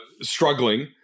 struggling